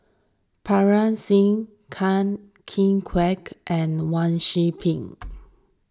Parga Singh Ken Kueh Kwek and Wang Sui Pick